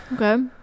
Okay